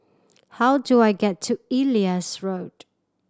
how do I get to Ellis Road